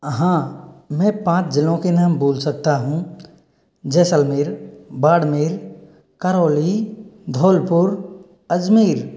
हाँ मैं पाँच जिलों के नाम बोल सकता हूँ जैसलमेर बाड़मेर करौली धौलपुर अजमेर